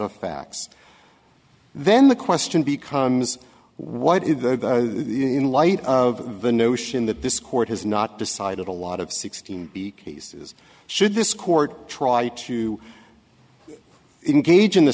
of facts then the question becomes what in light of the notion that this court has not decided a lot of sixteen b cases should this court try to engage in the